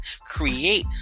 create